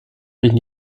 been